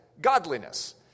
godliness